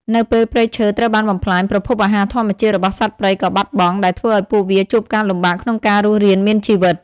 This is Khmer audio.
នៅពេលព្រៃឈើត្រូវបានបំផ្លាញ ប្រភពអាហារធម្មជាតិរបស់សត្វព្រៃក៏បាត់បង់ ដែលធ្វើឱ្យពួកវាជួបការលំបាកក្នុងការរស់រានមានជីវិត។